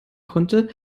konnte